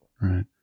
right